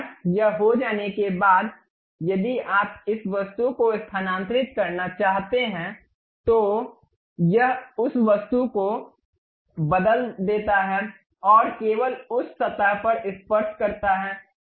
एक बार यह हो जाने के बाद यदि आप इस वस्तु को स्थानांतरित करना चाहते हैं तो यह उस सतह को बदल देता है और केवल उस सतह पर स्पर्श करता है